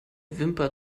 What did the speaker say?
wimper